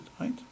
right